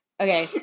Okay